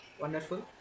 Wonderful